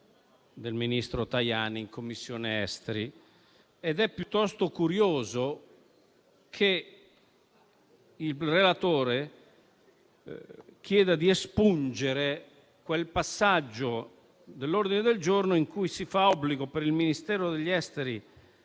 del ministro Tajani in Commissione esteri ed è piuttosto curioso che il relatore chieda di espungere quel passaggio dell'ordine del giorno in cui si fa obbligo per il Ministero degli affari